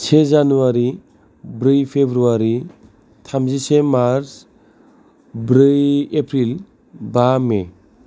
से जानुवारि ब्रै फेब्रुवारि थामजिसे मार्च ब्रै एप्रिल बा मे